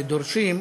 ודורשים,